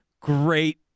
great